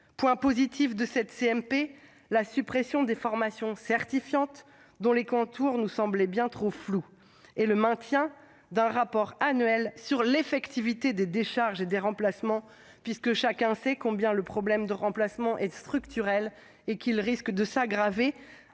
des travaux de cette CMP : la suppression des formations certifiantes, dont les contours nous semblaient bien trop flous, et le maintien d'un rapport annuel sur l'effectivité des décharges et des remplacements- chacun sait que le problème du remplacement est un problème structurel et que les décharges